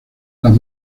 las